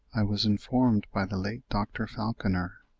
i was informed by the late dr. falconer,